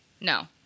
No